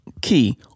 key